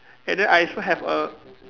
and then I also have a